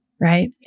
right